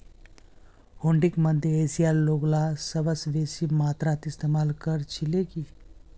हुंडीक मध्य एशियार लोगला सबस बेसी मात्रात इस्तमाल कर छिल की